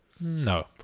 no